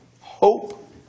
Hope